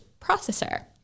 processor